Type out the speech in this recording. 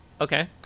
okay